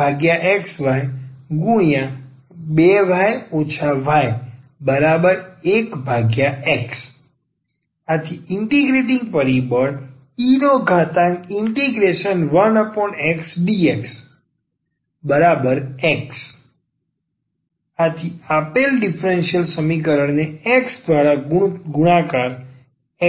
1N∂M∂y ∂N∂x1xy2y y1x integrating પરિબળ e1xdxx આપેલ differential સમીકરણને x દ્વારા ગુણાકાર